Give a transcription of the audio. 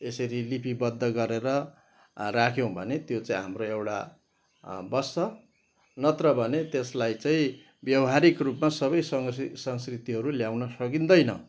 यसरी लिपिबद्ध गरेर राख्यौँ भने त्यो चाहिँ हाम्रो एउटा बस्छ नत्र भने त्यसलाई चाहिँ व्यवहारिक रूपमा सबै संस्कृतिहरू ल्याउन सकिँदैन